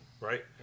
Right